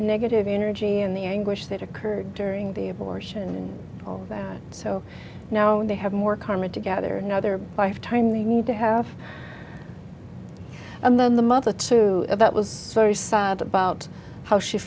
negative energy and the anguish that occurred during the abortion and all that so now when they have more karma together another five time they need to have and then the mother too that was very sad about how she